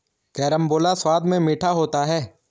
carambola स्वाद में मीठा होता है